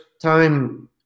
time